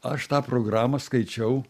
aš tą programą skaičiau